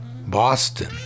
Boston